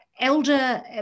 elder